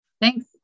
Thanks